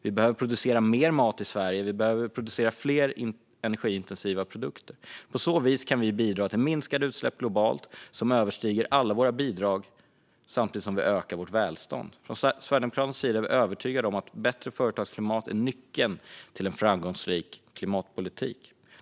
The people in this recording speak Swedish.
Vi behöver producera mer mat i Sverige, och vi behöver producera fler energiintensiva produkter. På så vis kan vi bidra till minskade utsläpp globalt, vilket skulle överstiga alla våra bidrag, samtidigt som vi ökar vårt välstånd. Från Sverigedemokraternas sida är vi övertygade om att ett bättre företagsklimat är nyckeln till en framgångsrik klimatpolitik.